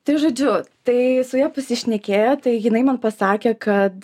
tai žodžiu tai su ja pasišnekėję tai jinai man pasakė kad